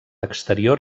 exterior